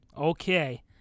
Okay